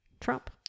Trump